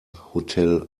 hotel